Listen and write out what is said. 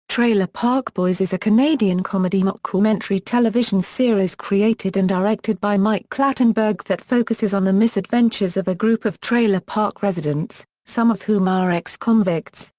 trailer park boys is a canadian comedy mockumentary television series created and directed by mike clattenburg that focuses on the misadventures of a group of trailer park residents, some of whom are ex-convicts,